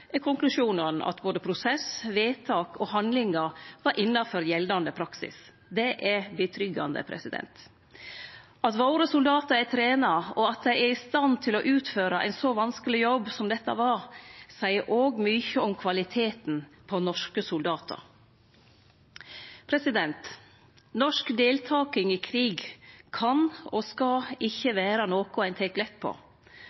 er konklusjonane at både prosess, vedtak og handlingar var innanfor gjeldande praksis. Det er tryggjande. At soldatane våre er trena, og at dei er i stand til å utføre ein så vanskeleg jobb som dette var, seier òg mykje om kvaliteten på norske soldatar. Norsk deltaking i krig kan og skal